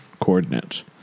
coordinates